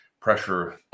pressure